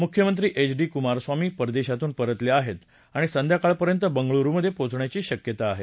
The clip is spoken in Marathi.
मुख्यमंत्री एच डी कुमारस्वामी परदेशातून परतले आहेत आणि संध्याकाळपर्यंत बंगळुरुमधे पोचण्याची शक्यता आहे